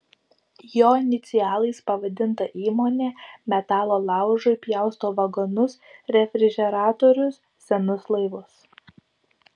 jo inicialais pavadinta įmonė metalo laužui pjausto vagonus refrižeratorius senus laivus